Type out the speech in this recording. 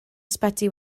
ysbyty